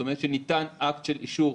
כלומר שניתן אקט של אישור.